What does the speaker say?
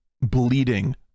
bleeding-